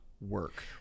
work